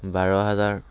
বাৰ হাজাৰ